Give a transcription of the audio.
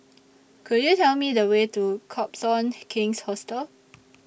Could YOU Tell Me The Way to Copthorne King's Hotel